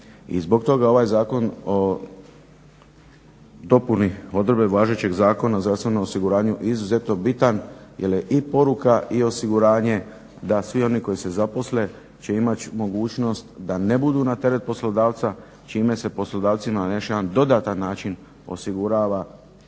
zbog toga ovaj Zakon o dopuni odredbe važećeg Zakona o zdravstvenom osiguranju izuzeto bitan jer je i poruka i osiguranje da svi oni koji se zaposle će imat mogućnost da ne budu na teret poslodavca čime se poslodavcima na još jedan dodatan način osigurava